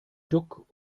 duck